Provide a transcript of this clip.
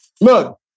look